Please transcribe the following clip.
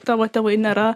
tavo tėvai nėra